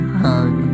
hug